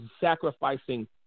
sacrificing